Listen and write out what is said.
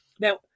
Now